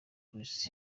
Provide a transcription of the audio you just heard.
christ